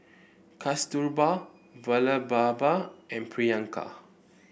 Kasturba Vallabhbhai and Priyanka